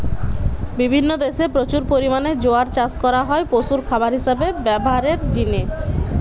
বিভিন্ন দেশে প্রচুর পরিমাণে জোয়ার চাষ করা হয় পশুর খাবার হিসাবে ব্যভারের জিনে